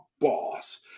boss